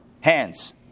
hands